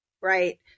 right